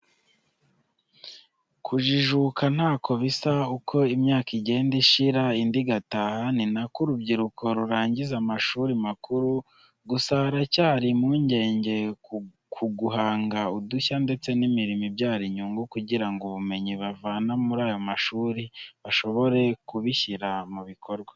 Kujijuka ntako bisa, uko imyaka igenda ishira indi igataha ni na ko urubyiruko rurangiza amashuri makuru. Gusa haracyari impungenge kuguhanga udushya ndetse n'imirimo ibyara inyungu, kugira ngo ubumenyi bavana muri ayo mashuri bashobore kubishyira mu bikorwa.